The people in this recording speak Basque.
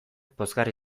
pozgarri